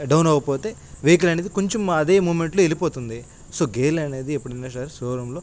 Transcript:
down అవకపోతే vehicle అనేది కొంచెం అదే మూమెంట్లో వెళ్ళిపోతుంది సో గేర్లు అనేది ఎప్పుడైనా సరే షోరూంలో